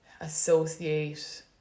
associate